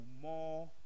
more